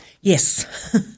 Yes